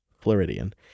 Floridian